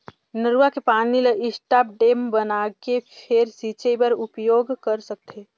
नरूवा के पानी ल स्टॉप डेम बनाके फेर सिंचई बर उपयोग कर सकथे